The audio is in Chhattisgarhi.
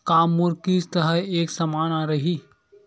का मोर किस्त ह एक समान रही?